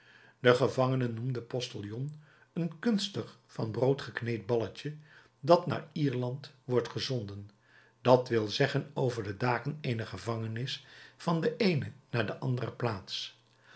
de gevangenen noemen postillon een kunstig van brood gekneed balletje dat naar ierland wordt gezonden dat wil zeggen over de daken eener gevangenis van de eene naar de andere plaats